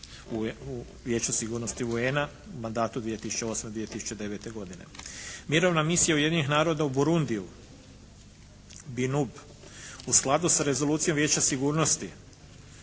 u Vijeću sigurnosti UN-a, mandatu 2008./2009. godine. Mirovina misija Ujedinjenih naroda u Burundiju, Binup u skladu sa rezolucijom Vijeća sigurnosti